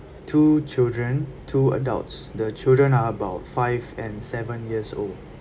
two children two adults the children are about five and seven years old